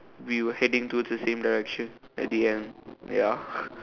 we were heading towards the same direction at the end